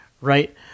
Right